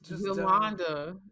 Yolanda